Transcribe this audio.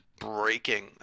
breaking